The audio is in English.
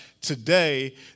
today